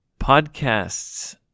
podcast's